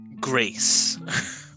grace